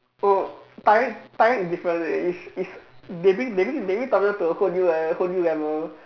oh Thailand Thailand is different leh it's it's they bring they bring they bring Tom-Yum to a whole new le~ whole new level